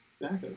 backup